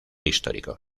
histórico